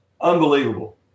unbelievable